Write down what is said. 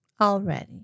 already